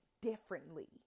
differently